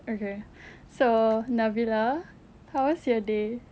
okay so nabilah how was your day